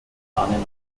spontanen